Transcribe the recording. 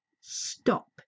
stop